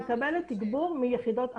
אני מקבלת תגבור מיחידות אחרות.